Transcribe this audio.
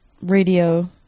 radio